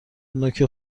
نوک